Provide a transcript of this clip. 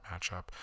matchup